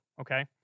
okay